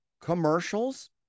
commercials